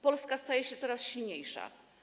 Polska staje się coraz silniejsza.